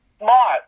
Smart